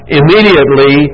immediately